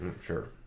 Sure